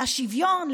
השוויון,